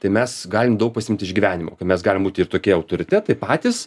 tai mes galim daug pasiimt iš gyvenimo kai mes galim būt ir tokie autoritetai patys